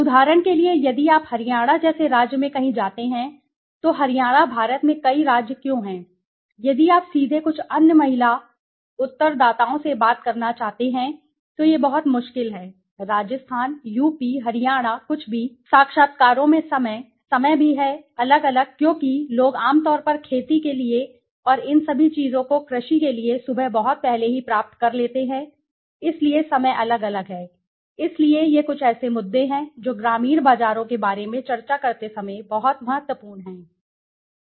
उदाहरण के लिए यदि आप हरियाणा जैसे राज्य में कहीं जाते हैं तो हरियाणा भारत में कई राज्य क्यों हैं यदि आप सीधे कुछ अन्य महिला उत्तरदाताओं से बात करना चाहते हैं तो यह बहुत मुश्किल है राजस्थान यूपी हरियाणा कुछ भी साक्षात्कारों में समय समय भी है अलग अलग क्योंकि लोग आमतौर पर खेती के लिए और इन सभी चीजों को कृषि के लिए सुबह बहुत पहले ही प्राप्त कर लेते हैं इसलिए समय अलग अलग है इसलिए ये कुछ ऐसे मुद्दे हैं जो ग्रामीण बाजारों के बारे में चर्चा करते समय बहुत महत्वपूर्ण हैं